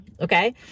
okay